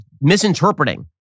misinterpreting